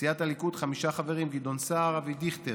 סיעת הליכוד, חמישה חברים, גדעון סער, אבי דיכטר,